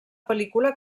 pel·lícula